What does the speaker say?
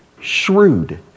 shrewd